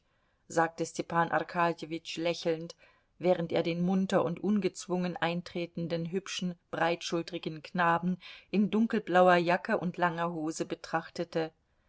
sagte stepan arkadjewitsch lächelnd während er den munter und ungezwungen eintretenden hübschen breitschulterigen knaben in dunkelblauer jacke und langer hose betrachtete